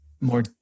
more